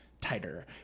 tighter